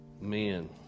men